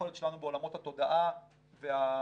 היכולת שלנו בעולמות התודעה והדיגיטל,